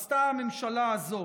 עשתה הממשלה הזאת.